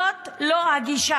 זאת לא הגישה.